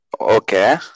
Okay